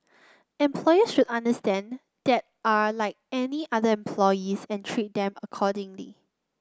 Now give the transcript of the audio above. employers should understand that are like any other employees and treat them accordingly